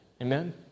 Amen